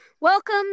Welcome